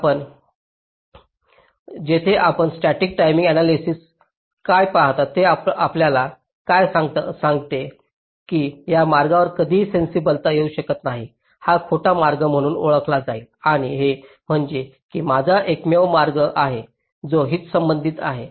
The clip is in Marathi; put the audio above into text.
आपण येथे आपला स्टॅटिक टाईमिंग आण्यालायसिस काय पहाल हे आपल्याला काय सांगेल ते की या मार्गावर कधीही सेन्सिबलता येऊ शकत नाही हा खोटा मार्ग म्हणून ओळखला जाईल आणि हे म्हणेल की हा माझा एकमेव मार्ग आहे जो हितसंबंधित आहे